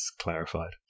clarified